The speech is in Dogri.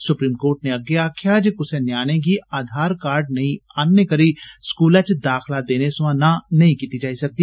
सुप्रीम कोर्ट नै अग्गे आक्खेआ कुसै न्याणे गी आधार कार्ड नेईं आनने करी स्कूल च दाखला देने सवां नां नेईं कीती जाई सकदी